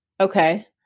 Okay